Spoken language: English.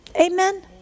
Amen